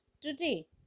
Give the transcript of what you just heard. Today